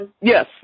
Yes